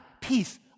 peace